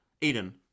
Eden